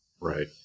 Right